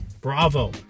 bravo